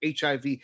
HIV